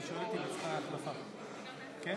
כמו כן